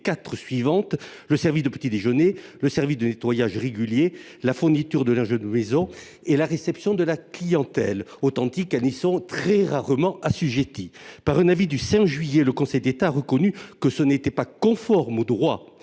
les quatre suivantes : le service de petit déjeuner, le service de nettoyage régulier, la fourniture de linge de maison et la réception de la clientèle. Autant dire qu’elles y sont très rarement assujetties ! Par un avis du 5 juillet dernier, le Conseil d’État a reconnu que cette situation n’était pas conforme au droit